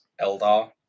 eldar